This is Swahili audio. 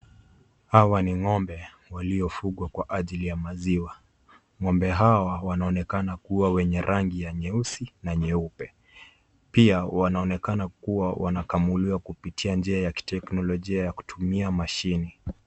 Hawa ni ng'ombe waliofugwa kwa ajili ya maziwa, ng'ombe hawa wanaonekana kuwa wenye rangi ya nyeusi na nyeupe, pia wanaonekana kuwa wanakamuliwa kupitia kwa njia ya kiteknolojia ya kutumia mashine.